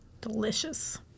Delicious